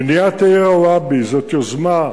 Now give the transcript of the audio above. בניית A או B זאת יוזמה,